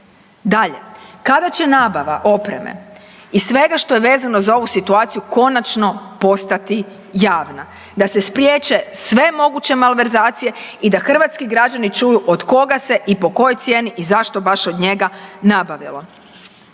Dalje, kada će nabava opreme i svega što je vezano za ovu situaciju konačno postati javna da se spriječe sve moguće malverzacije i da hrvatski građani čuju od koga se i po kojoj cijeni i zašto baš od njega nabavilo.